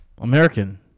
American